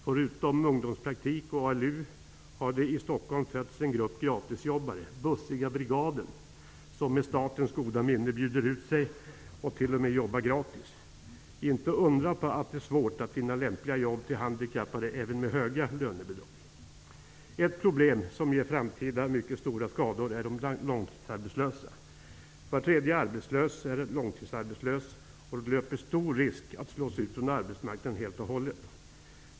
Förutom ungdomspraktik och ALU har det i Stockholm bildats en grupp gratisjobbare, Bussiga Brigaden, som med statens goda minne bjuder ut arbetskraft och t.o.m. jobbar gratis. Det är inte att undra på att det även med höga lönebidrag är svårt att finna lämpliga jobb till handikappade. Ett problem som ger framtida mycket stora skador är långtidsarbetslösheten. Var tredje arbetslös är långtidsarbetslös och löper stor risk att slås ut från arbetsmarknaden helt och hållet.